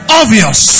obvious